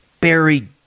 buried